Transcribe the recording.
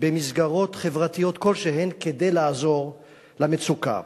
במסגרות חברתיות כלשהן כדי לעזור למצוקה.